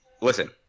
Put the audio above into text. Listen